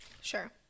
Sure